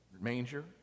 manger